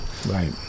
Right